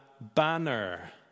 banner